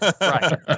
Right